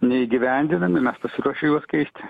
neįgyvendinami mes pasiruošę juos keisti